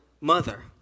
mother